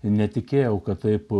netikėjau kad taip